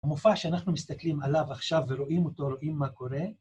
המופע שאנחנו מסתכלים עליו עכשיו ורואים אותו, רואים מה קורה,